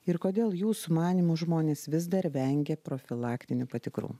ir kodėl jūsų manymu žmonės vis dar vengia profilaktinių patikrų